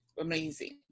Amazing